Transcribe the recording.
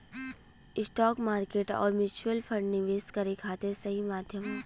stock market आउर mutual fund निवेश करे खातिर सही माध्यम हौ